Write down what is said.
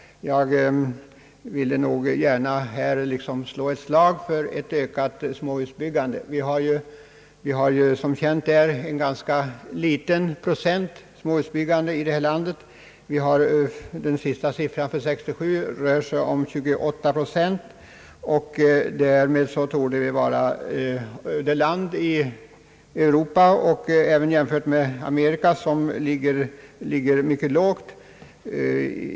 Jag ville gärna slå ett slag för ett ökat småhusbyggande. Som känt har vi en ganska liten procent småhusbyggande här i landet. Den sista siffran, för 1967, rör sig om 28 procent. Därmed torde Sverige vara ett land, som jämfört med Europa i övrigt och även med Amerika ligger mycket lågt.